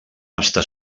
està